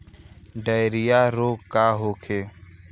Diarrhoea रोग का होखे?